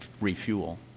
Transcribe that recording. refuel